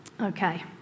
Okay